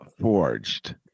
forged